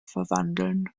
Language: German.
verwandeln